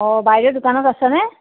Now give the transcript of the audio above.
অঁ বাইদেউ দোকানত আছেনে